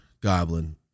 goblin